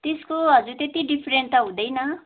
त्यसको हजुर त्यत्ति डिफ्रेन्ट त हुँदैन